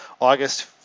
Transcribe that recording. august